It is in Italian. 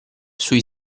sui